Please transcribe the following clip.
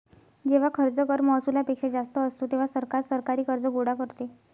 जेव्हा खर्च कर महसुलापेक्षा जास्त असतो, तेव्हा सरकार सरकारी कर्ज गोळा करते